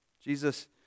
Jesus